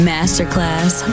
Masterclass